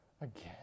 again